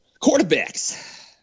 Quarterbacks